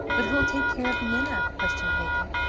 but who will take care of minna? questioned peggy.